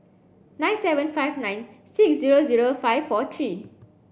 nine seven five nine six zero zero five four three